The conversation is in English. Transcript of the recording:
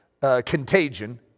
contagion